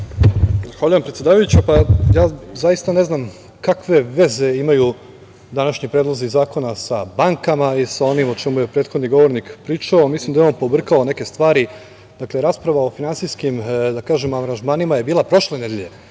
Zahvaljujem. Predsedavajuća, ja zaista ne znam kakve veze imaju današnji predlozi zakona sa bankama i sa onim o čemu je prethodni govornik pričao? Mislim da je on pobrkao neke stvari. Dakle, rasprava o finansijskim aranžmanima je bila prošle nedelje,